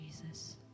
Jesus